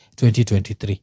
2023